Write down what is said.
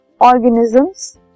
organisms